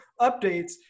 updates